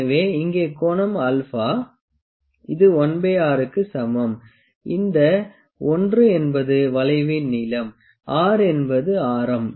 எனவே இங்கே கோணம் α இது 1R க்கு சமம் இந்த l என்பது வளைவின் நீளம் R என்பது ஆரம்